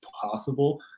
possible